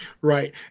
Right